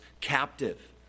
captive